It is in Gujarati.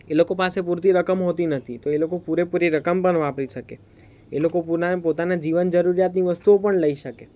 એ લોકો પાસે પૂરતી રકમ હોતી નથી તો એ લોકો પૂરેપૂરી રકમ પણ વાપરી શકે એ લોકો પૂના પોતાના જીવન જરૂરિયાતની વસ્તુઓ પણ લઈ શકે